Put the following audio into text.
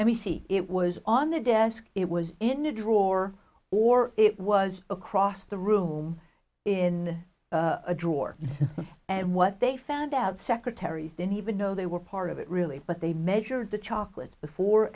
we see it was on the desk it was in a drawer or it was across the room in a drawer and what they found out secretaries didn't even know they were part of it really but they measured the chocolates before